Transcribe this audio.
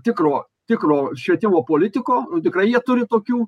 tikro tikro švietimo politiko tikrai jie turi tokių